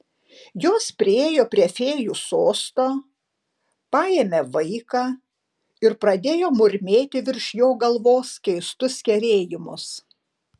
jos priėjo prie fėjų sosto paėmė vaiką ir pradėjo murmėti virš jo galvos keistus kerėjimus